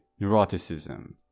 neuroticism